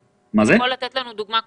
אתה יכול לתת לנו דוגמה קונקרטית?